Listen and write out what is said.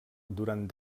durant